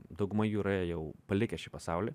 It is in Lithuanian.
dauguma jų yra jau palikę šį pasaulį